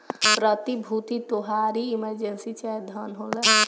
प्रतिभूति तोहारी इमर्जेंसी चाहे धन होला